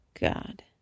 God